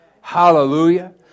Hallelujah